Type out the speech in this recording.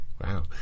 Wow